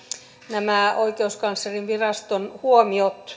nämä oikeuskanslerinviraston huomiot